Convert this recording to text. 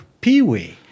peewee